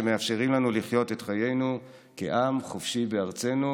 שמאפשרים לנו לחיות את חיינו כעם חופשי בארצנו,